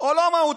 או לא מהותי.